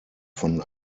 von